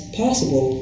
possible